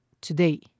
today